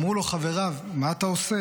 אמרו לו חבריו: מה אתה --- עושה?